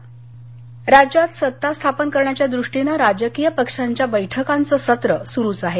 पवार सोनिया राज्यात सत्ता स्थापन करण्याच्या दृष्टीनं राजकीय पक्षांच्या बैठकांचं सत्र सुरूच आहे